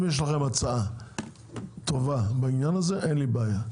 אם יש לכם הצעה טובה בעניין הזה אין לי בעיה.